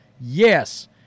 Yes